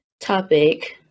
topic